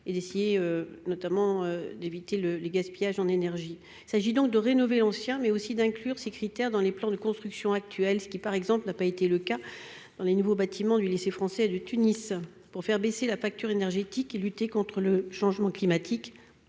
et d'essayer d'éviter de gaspiller de l'énergie. Il s'agit donc de rénover l'ancien, mais aussi d'inclure les critères énergétiques dans les plans de construction actuels, ce qui, par exemple, n'a pas été le cas pour les nouveaux bâtiments du lycée français de Tunis. Pour faire baisser la facture énergétique et lutter contre le changement climatique,